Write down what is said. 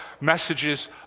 messages